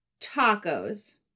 Tacos